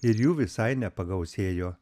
ir jų visai nepagausėjo